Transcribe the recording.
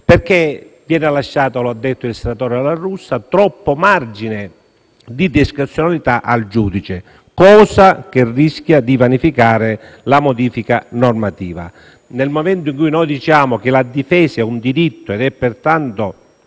Governo. Infatti, come ha detto il senatore La Russa, viene lasciato troppo margine di discrezionalità al giudice, cosa che rischia di vanificare la modifica normativa. Nel momento in cui noi stabiliamo che la difesa è un diritto ed è pertanto